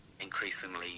increasingly